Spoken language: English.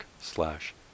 slash